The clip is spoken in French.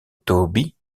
toby